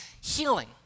healing